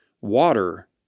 Water